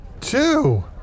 Two